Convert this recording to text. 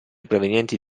provenienti